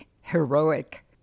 heroic